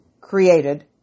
created